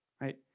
right